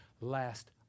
last